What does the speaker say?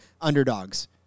underdogs